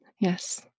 Yes